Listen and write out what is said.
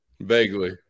Vaguely